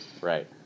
Right